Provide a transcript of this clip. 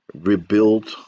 rebuild